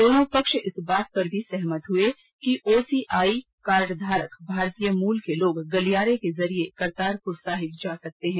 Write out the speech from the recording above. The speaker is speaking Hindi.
दोनों पक्ष इस बात पर भी सहमत हुए कि ओ सी आई कार्ड धारक भारतीय मूल के लोग गलियारे के जरिए करतारपुर साहिब जा सकते हैं